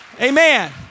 Amen